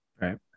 Right